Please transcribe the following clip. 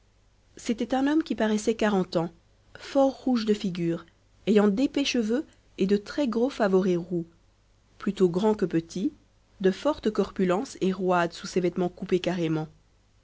c'était un homme qui paraissait quarante ans fort rouge de figure ayant d'épais cheveux et de très-gros favoris roux plutôt grand que petit de forte corpulence et roide sous ses vêtements coupés carrément